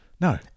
No